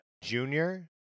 Junior